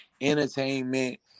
entertainment